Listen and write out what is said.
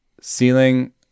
ceiling